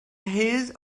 his